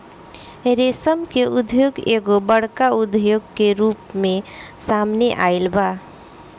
रेशम के उद्योग एगो बड़का उद्योग के रूप में सामने आइल बा